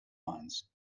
mines